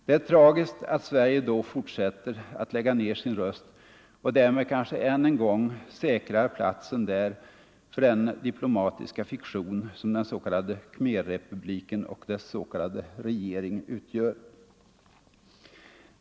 Det är tragiskt att Sverige då fortsätter att lägga ned sin röst och därmed kanske än en gång säkrar platsen där för den diplomatiska fiktion som den s.k. Khmerrepubliken och dess s.k. regering utgör.